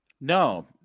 No